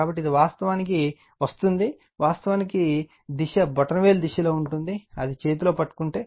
కాబట్టి ఇది వాస్తవానికి వస్తోంది వాస్తవానికి దిశ బొటనవేలు దిశలో ఉంటుంది అది చేతిలో పట్టుకుంటే